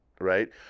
right